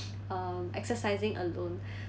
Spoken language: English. um exercising alone